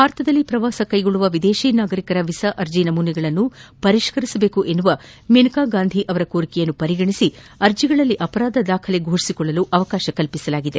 ಭಾರತದಲ್ಲಿ ಪ್ರವಾಸ ಕೈಗೊಳ್ಳುವ ವಿದೇಶಿ ನಾಗರಿಕರ ವೀಸಾ ಅರ್ಜ ನಮೂನಗಳನ್ನು ಪರಿಷ್ಠರಿಸಬೇಕೆಂಬ ಮೇನಕಾ ಗಾಂಧಿಯವರ ಕೋರಿಕೆಯನ್ನು ಪರಿಗಣಿಸಿ ಅರ್ಜಗಳಲ್ಲಿ ಅಪರಾಧ ದಾಖಲೆಗಳನ್ನು ಫೋಷಿಸಿಕೊಳ್ಳಲು ಅವಕಾಶ ಕಲ್ಲಿಸಲಾಗಿದೆ